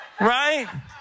right